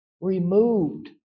removed